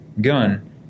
gun